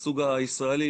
הישראלי,